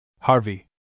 Harvey